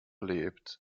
lebt